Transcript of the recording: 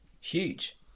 Huge